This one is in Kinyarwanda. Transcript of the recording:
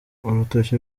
urutoki